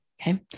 Okay